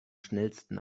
schnellsten